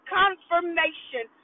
confirmation